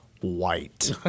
white